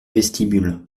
vestibule